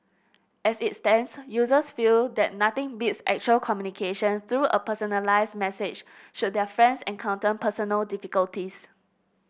as it stands users feel that nothing beats actual communication through a personalised message should their friends encounter personal difficulties